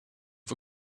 for